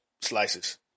slices